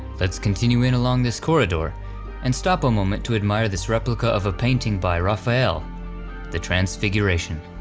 let's continue in along this corridor and stop a moment to admire this replica of a painting by raphael the transfiguration.